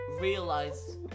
realize